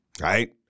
right